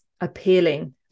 appealing